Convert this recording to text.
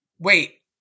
wait